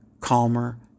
calmer